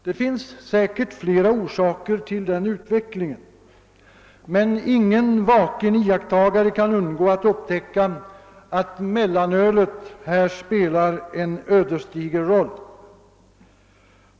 Det finns säkert flera orsaker till denna utveckling, men ingen vaken iakttagare kan undgå att upptäcka att mellanölet här spelar en ödesdiger roll.